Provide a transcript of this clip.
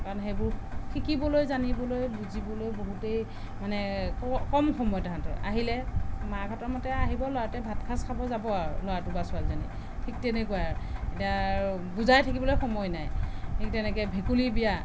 কাৰণ সেইবোৰ শিকিবলৈ জানিবলৈ বুজিবলৈ বহুতেই মানে কম সময় তাহাঁতৰ আহিলে মাকহঁতৰ মতে আহিব ল'ৰাটোয়ে ভাতসাঁজ খাব যাব আৰু ল'ৰাটো বা ছোৱালীজনীয়ে ঠিক তেনেকুৱাই আৰু এতিয়া আৰু বুজাই থাকিবলৈ সময় নাই ঠিক তেনেকে ভেকুলী বিয়া